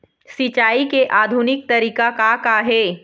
सिचाई के आधुनिक तरीका का का हे?